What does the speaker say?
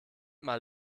mal